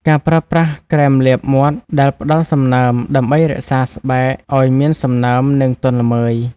ការប្រើប្រាស់ក្រែមលាបមាត់ដែលផ្តល់សំណើមដើម្បីរក្សាស្បែកឱ្យមានសំណើម និងទន់ល្មើយ ។